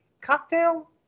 cocktail